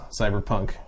cyberpunk